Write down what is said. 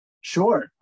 Sure